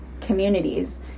communities